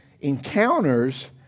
encounters